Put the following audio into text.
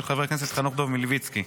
של חבר הכסת חנוך דב מלביצקי.